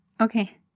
Okay